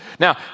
Now